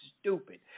stupid